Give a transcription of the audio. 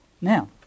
Now